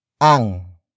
Ang